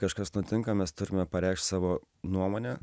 kažkas nutinka mes turime pareikšt savo nuomonę